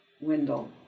Wendell